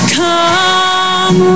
come